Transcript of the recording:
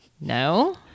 No